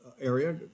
area